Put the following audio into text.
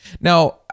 Now